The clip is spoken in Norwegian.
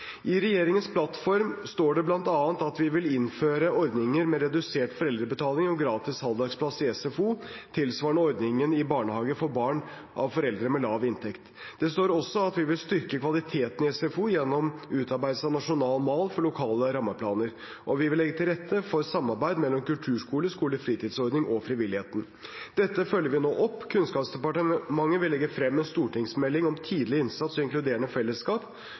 I regjeringens plattform står det bl.a. at vi vil innføre ordninger med redusert foreldrebetaling og gratis halvdagsplass i SFO, tilsvarende ordningen i barnehage for barn av foreldre med lav inntekt. Det står også at vi vil styrke kvaliteten i SFO gjennom utarbeidelse av en nasjonal mal for lokale rammeplaner, og at vi vil legge til rette for samarbeid mellom kulturskole, skolefritidsordning og frivilligheten. Dette følger vi nå opp. Kunnskapsdepartementet vil legge frem en stortingsmelding om tidlig innsats og inkluderende fellesskap